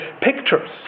pictures